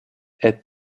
est